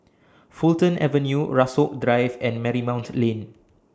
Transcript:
Fulton Avenue Rasok Drive and Marymount Lane